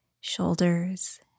shoulders